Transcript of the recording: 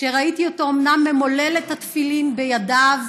כשראיתי אותו, אומנם ממולל את התפילין בידיו,